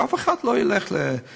שאף אחד לא ילך להתמודד,